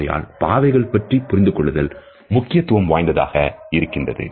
ஆகையால் பாவையை பற்றி புரிந்து கொள்ளுதல் முக்கியத்துவம் வாய்ந்ததாக இருக்கிறது